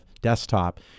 desktop